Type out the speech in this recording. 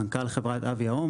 מנכ"ל חברת AVIA,